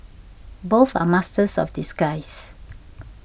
both are masters of disguise